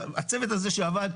הצוות הזה שעבר,